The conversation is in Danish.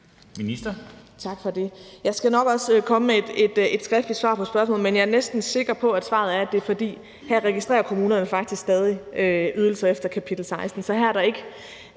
Jeg skal nok også komme med et skriftligt svar på spørgsmålet. Men jeg er næsten sikker på, at svaret er, at det er, fordi kommunerne her faktisk stadig registrerer ydelser efter kapitel 16,